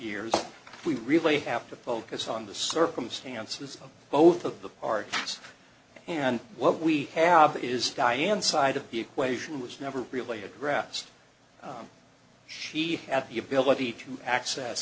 years we really have to focus on the circumstances of both of them are us and what we have is diane side of the equation was never really a grass she had the ability to access